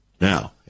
Now